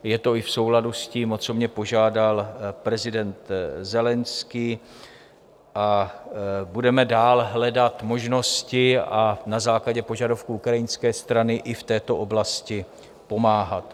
Je to i v souladu s tím, o co mě požádal prezident Zelenskyj, a budeme dál hledat možnosti a na základě požadavků ukrajinské strany i v této oblasti pomáhat.